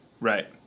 Right